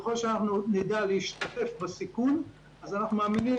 ככל שנדע להשתתף בסיכון אנחנו מאמינים